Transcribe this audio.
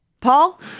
Paul